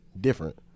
different